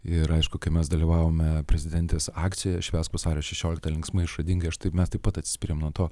ir aišku kai mes dalyvavome prezidentės akcijoje švęsk vasario šešioliktą linksmai išradingai aš tai mes taip pat atsispyrėm nuo to